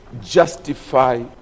justify